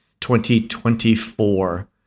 2024